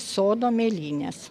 sodo mėlynės